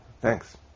thanks